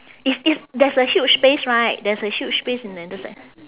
it's it's there's a huge space right there's a huge space in the intersec~